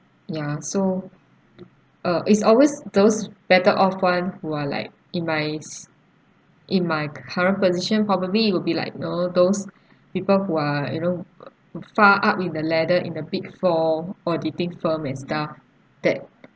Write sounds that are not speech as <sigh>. ya so <noise> uh it's always those better off one who are like in my s~ in my cu~ current position probably it will be like you know those people who are you know uh far up in the ladder in the big firm or they think firm and stuff that